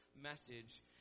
message